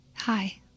Hi